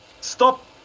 Stop